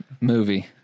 Movie